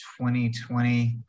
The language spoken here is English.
2020